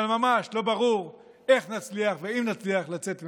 אבל ממש לא ברור איך נצליח ואם נצליח לצאת ממנה.